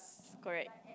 correct